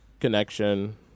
connection